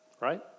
Right